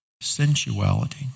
sensuality